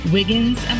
Wiggins